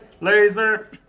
Laser